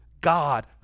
God